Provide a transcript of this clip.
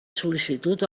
sol·licitud